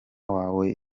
wawe